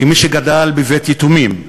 כמי שגדל בבית-יתומים,